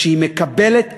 כשהיא מקבלת החלטה,